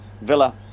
Villa